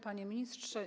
Panie Ministrze!